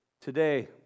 Today